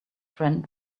friend